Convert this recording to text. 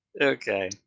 Okay